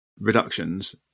reductions